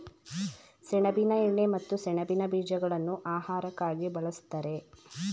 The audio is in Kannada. ಸೆಣಬಿನ ಎಣ್ಣೆ ಮತ್ತು ಸೆಣಬಿನ ಬೀಜಗಳನ್ನು ಆಹಾರಕ್ಕಾಗಿ ಬಳ್ಸತ್ತರೆ